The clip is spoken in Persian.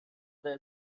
مورد